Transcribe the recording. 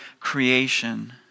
creation